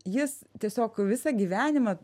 jis tiesiog visą gyvenimą